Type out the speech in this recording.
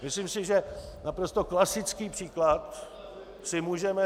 Myslím si, že naprosto klasický příklad si můžeme říct...